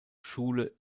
schule